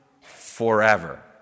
forever